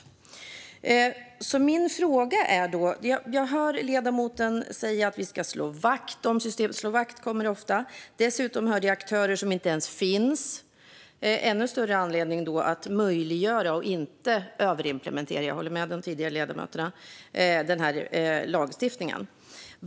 Jag hörde ledamoten säga att vi ska slå vakt om systemet. "Slå vakt" sägs ofta. Dessutom hörde jag om aktörer som inte ens finns. Det ger ännu större anledning att möjliggöra och att inte överimplementera denna lagstiftning; jag håller med de tidigare replikörerna.